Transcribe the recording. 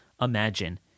imagine